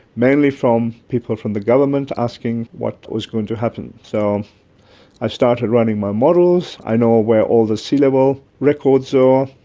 mainly from people from the government asking what was going to happen. so i started running my models, i know where all the sea level records are,